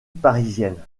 parisienne